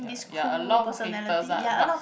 ya a lot of haters lah but